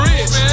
Rich